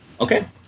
Okay